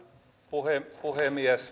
arvoisa puhemies